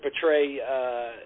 portray